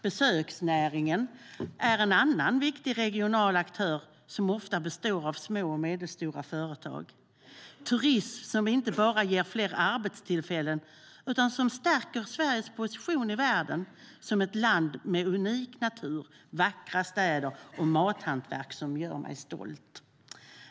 Besöksnäringen är en annan viktig regional aktör som ofta består av små och medelstora företag. Turismen ger inte bara fler arbetstillfällen utan stärker också Sveriges position i världen som ett land med unik natur, vackra städer och ett mathantverk som gör mig stolt.